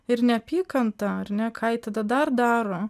ir neapykanta ar ne ką ji tada dar daro